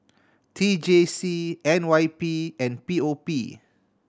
T J C N Y P and P O P